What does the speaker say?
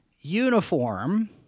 uniform